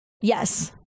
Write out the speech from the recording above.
Yes